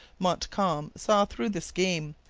montcalm saw through the scheme,